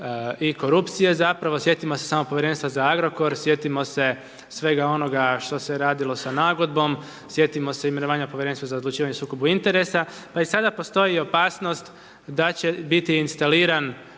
i korupcije zapravo. Sjetimo se samo Povjerenstva za Agrokor, sjetimo se svega onoga što se radilo sa nagodbom, sjetimo se imenovanja Prvenstva za odlučivanje o sukobu interesa. Pa i sada postoji opasnost da će biti instaliran,